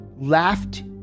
laughed